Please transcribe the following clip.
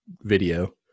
video